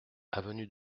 avenue